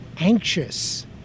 anxious